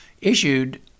issued